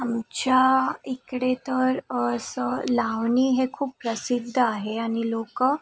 आमच्या इकडे तर असं लावणी हे खूप प्रसिद्ध आहे आणि लोक